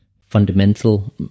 fundamental